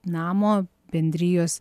namo bendrijos